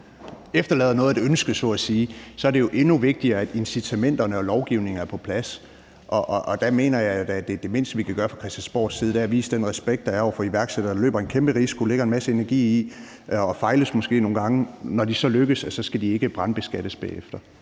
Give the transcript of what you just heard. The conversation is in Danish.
tilbage at ønske så at sige, er det jo endnu vigtigere, at incitamenterne og lovgivningen er på plads. Der mener jeg da, at det mindste, vi kan gøre fra Christiansborgs side, er at vise den respekt over for iværksættere, der løber en kæmpe risiko og lægger en masse energi i det og måske fejler nogle gange, at de, når de så lykkes, ikke skal brandbeskattes bagefter.